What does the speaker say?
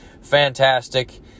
fantastic